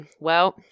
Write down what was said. Well